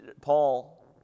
Paul